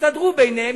הסתדרו ביניהם,